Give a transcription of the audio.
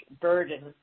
burden